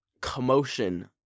commotion